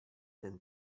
than